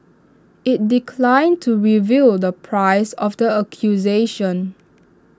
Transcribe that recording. IT declined to reveal the price of the acquisition